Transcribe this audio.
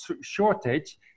shortage